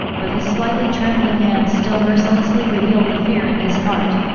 but his slightly trembling hands still mercilessly revealed the fear in his heart.